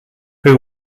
who